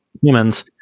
humans